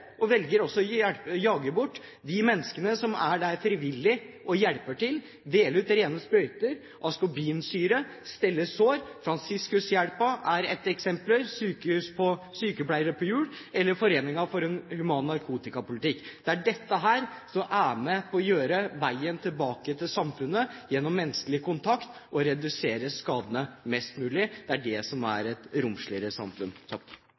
og velger også å jage bort de menneskene som er der frivillig og hjelper til – deler ut rene sprøyter, askorbinsyre, steller sår. Fransiskushjelpen er et eksempel, og også Sykepleie på Hjul og Foreningen for human narkotikapolitikk. Det er dette som er med på å gjøre veien tilbake til samfunnet lettere – gjennom menneskelig kontakt – og reduserer skadene mest mulig. Det er det som er et romsligere samfunn.